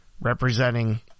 representing